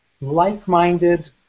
like-minded